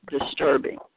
disturbing